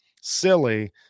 silly